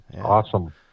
Awesome